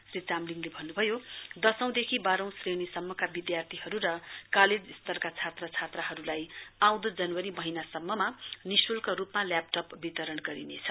श्री चामलिङले भन्नुभयो दशौं देखि वाहौं श्रेणी सम्मका विधार्थीहरु र कालेज स्तरका छात्रछात्राहरुलाई आउँदो जनवरी महीना सम्ममा निशुल्क रुपमा ल्यापटप वितरण गरिनेछ